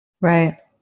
Right